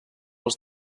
els